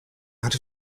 out